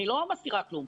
אני לא מסתירה כלום,